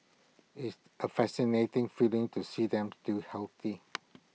it's A fascinating feeling to see them still healthy